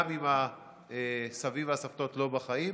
גם אם הסבים והסבתות לא בחיים,